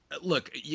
look